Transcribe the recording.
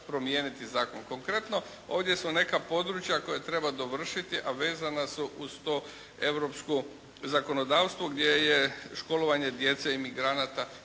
promijeniti zakon. Konkretno ovdje su neka područja koja treba dovršiti a vezana su uz to europsko zakonodavstvo gdje je školovanje djece imigranata